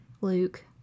Luke